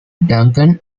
duncan